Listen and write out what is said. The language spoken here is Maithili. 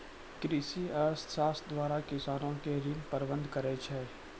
कृषि अर्थशास्त्र द्वारा किसानो के ऋण प्रबंध करै छै